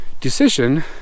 decision